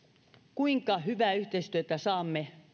kuinka hyvää yhteistyötä saamme